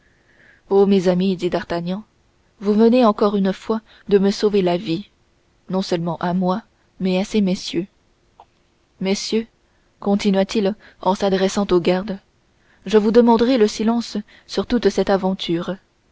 o mes amis dit d'artagnan vous venez encore une fois de me sauver la vie non seulement à moi mais à ces messieurs messieurs continua-t-il en s'adressant aux gardes je vous demanderai le silence sur toute cette aventure